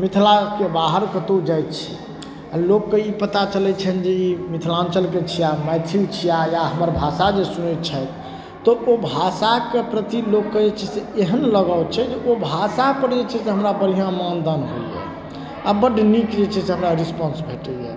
मिथिलाके बाहर कतौ जाइ छी आओर लोकके ई पता चलै छनि जे ई मिथिलाञ्चलके छियाह मैथिल छियाह या हमर भाषा जे सुनैत छथि तऽ ओ भाषाके प्रति लोकके जे छै से एहन लगाव छै जे ओ भाषापर जे छै से हमरा बढिआँ मानदान होइए आओर बड्ड नीक जे छै से हमरा रिस्पांस भेटैय